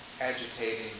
agitating